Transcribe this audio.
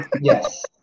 Yes